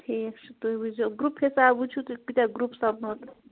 ٹھیٖک چھُ تُہۍ وٕچھزیو گرُپ حِساب وٕچھِو تُہۍ کۭتیٛاہ گرُوپ سَمنو تہٕ